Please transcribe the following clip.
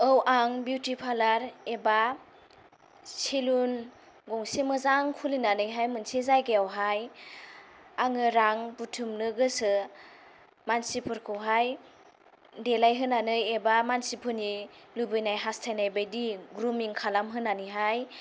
औ आं beauty parlour एबा सेलुन गंसे मोजां खुलिनानैहाय मोनसे जायगायावहाय आङो रां बुथुमनो गोसो मानसिफोरखौहाय देलायहोनानै एबा मानसिफोरनि लुबैनाय हास्थायनायबादि ग्रुमिं खालामहोनानैहाय